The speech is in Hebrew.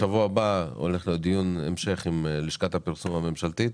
בשבוע הבא יהיה דיון המשך עם לשכת הפרסום הממשלתית